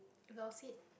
well said